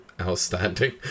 outstanding